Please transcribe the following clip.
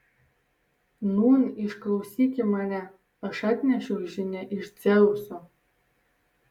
nūn išklausyki mane aš atnešiau žinią iš dzeuso